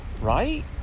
right